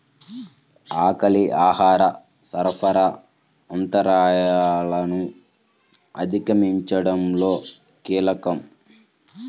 ఆకలి ఆహార సరఫరా అంతరాయాలను అధిగమించడంలో కీలకం